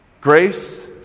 Grace